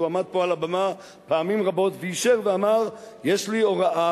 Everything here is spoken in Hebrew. הוא עמד פה על הבמה פעמים רבות ואישר ואמר: יש לי הוראה